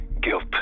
guilt